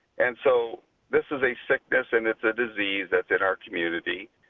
and so this is a sickness and it's a disease that's in our community.